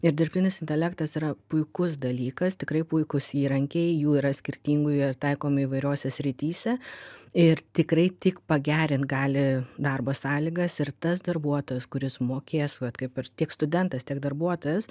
ir dirbtinis intelektas yra puikus dalykas tikrai puikūs įrankiai jų yra skirtingų jie taikomi įvairiose srityse ir tikrai tik pagerint gali darbo sąlygas ir tas darbuotojas kuris mokės vat kaip ir tiek studentas tiek darbuotojas